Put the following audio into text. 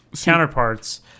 counterparts